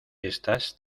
estás